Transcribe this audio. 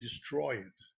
destroyed